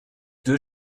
deux